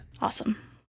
Awesome